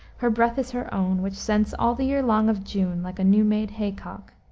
her breath is her own, which scents all the year long of june, like a new-made hay-cock.